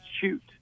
shoot